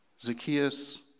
Zacchaeus